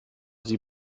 sie